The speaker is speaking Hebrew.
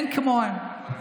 אין כמוהם.